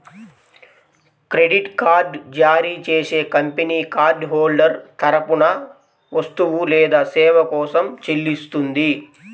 credit card జారీ చేసే company card holder తరపున వస్తువు లేదా సేవ కోసం చెల్లిస్తుంది